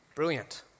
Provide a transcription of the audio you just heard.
Brilliant